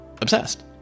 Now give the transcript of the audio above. obsessed